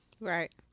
Right